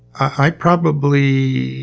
i probably